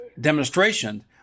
demonstration